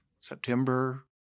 September